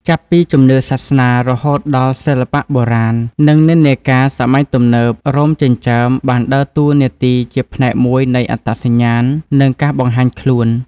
ចាប់ពីជំនឿសាសនា រហូតដល់សិល្បៈបុរាណ និងនិន្នាការសម័យទំនើប រោមចិញ្ចើមបានដើរតួនាទីជាផ្នែកមួយនៃអត្តសញ្ញាណ និងការបង្ហាញខ្លួន។